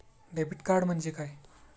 Debit card म्हणजे काय?